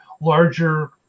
larger